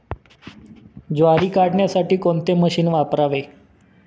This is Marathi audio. ज्वारी काढण्यासाठी कोणते मशीन वापरावे?